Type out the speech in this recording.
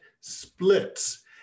splits